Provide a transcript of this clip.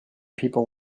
people